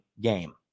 game